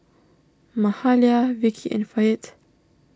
Mahalia Vicki and Fayette